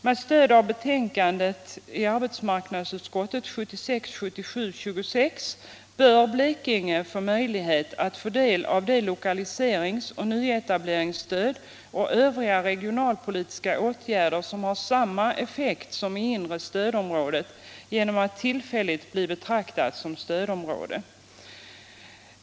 Med stöd av arbetsmarknadsutskottets betänkande 1976/77:26 bör Blekinge kunna få del av lokaliseringsoch nyetableringsstöd samt övriga regionalpolitiska åtgärder genom att tillfälligt bli betraktat som stödområde.